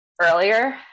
earlier